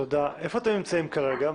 תודה, איפה אתם נמצאים כרגע?